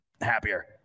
happier